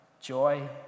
joy